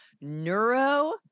neuro